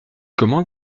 comment